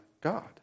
God